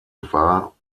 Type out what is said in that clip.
war